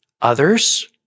others